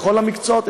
בכל המקצועות.